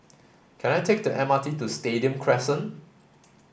can I take the M R T to Stadium Crescent